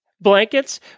blankets